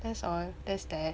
that's all there's that